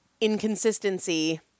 inconsistency